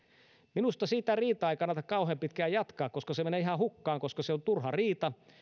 minusta sitä riitaa ei kannata kauhean pitkään jatkaa koska se menee ihan hukkaan koska se on turha riita